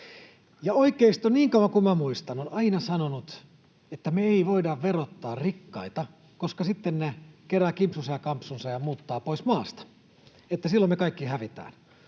veroja. Niin kauan kuin minä muistan, oikeisto on aina sanonut, että me ei voida verottaa rikkaita, koska sitten ne keräävät kimpsunsa ja kampsunsa ja muuttavat pois maasta ja silloin me kaikki hävitään.